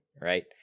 right